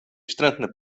wstrętne